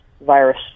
virus